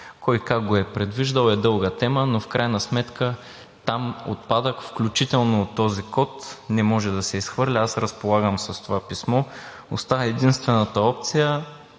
Кой, как го е предвиждал е дълга тема, но в крайна сметка там отпадък, включително от този код не може да се изхвърля – аз разполагам с това писмо. Остана единствената опция